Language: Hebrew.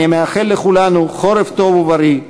אני מאחל לכולנו חורף טוב ובריא,